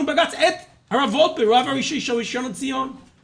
בבג"ץ את הרב ולפר הרבה הראשי של ראשל"צ וניצחנו,